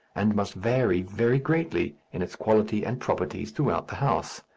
and must vary very greatly in its quality and properties throughout the house.